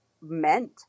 meant